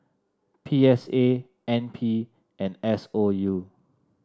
P S A N P and S O U